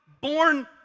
born